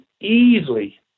easily